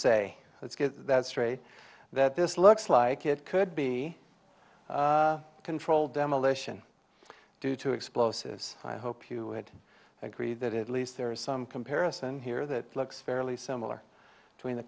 say let's get that straight that this looks like it could be a controlled demolition due to explosives i hope you would agree that it least there is some comparison here that looks fairly similar to in the